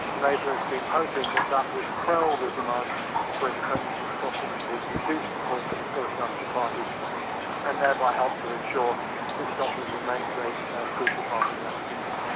labour has been hoping that that would quell the demand for independence and scotland would reduce support for the scottish national party and thereby help to ensure that scotland remains a crucial of the united kingdom.